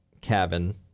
cabin